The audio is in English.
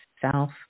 self